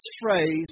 phrase